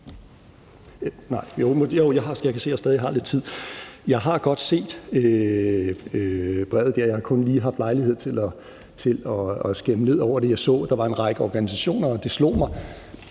Jeg har godt set brevet, men jeg har kun lige haft lejlighed til at skimme det. Jeg så, at der var en række organisationer nævnt, hvilket slog mig,